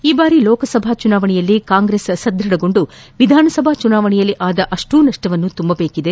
ಈ ಬಾರಿ ಲೋಕಸಭಾ ಚುನಾವಣೆಯಲ್ಲಿ ಕಾಂಗ್ರೆಸ್ ಸದ್ಭಥಗೊಂಡು ವಿಧಾನಸಭಾ ಚುನಾವಣೆಯಲ್ಲಿ ಆದ ಅಷ್ಟೂ ನಷ್ಷವನ್ನು ತುಂಬಬೇಕಿದೆ